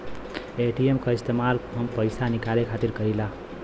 ATM क इस्तेमाल हम पइसा निकाले खातिर करीला